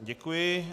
Děkuji.